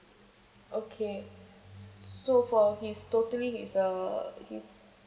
okay so for his totally is uh this